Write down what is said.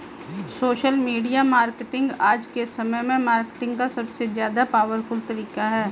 social media marketing आज के समय में मार्केटिंग का सबसे ज्यादा पॉवरफुल तरीका है